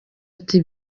ati